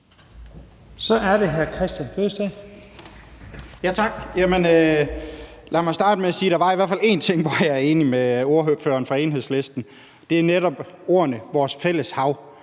Kl. 15:02 Kristian Bøgsted (DD): Tak. Lad mig starte med at sige, at der i hvert fald var én ting, som jeg er enig med ordføreren for Enhedslisten om. Det er netop ordene vores fælles hav.